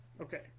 Okay